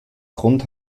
grund